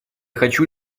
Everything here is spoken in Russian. хочу